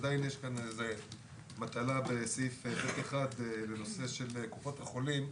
עדיין יש כאן מטלה בסעיף (ב)(1) לנושא של קופות החולים.